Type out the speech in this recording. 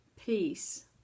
peace